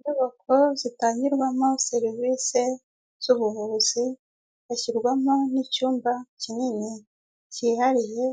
Inyubako zitangirwamo serivisi z'ubuvuzi, hashyirwamo n'icyumba kinini cyihariye